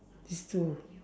these two